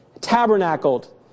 Tabernacled